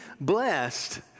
blessed